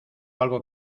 algo